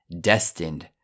destined